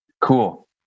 Cool